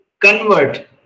convert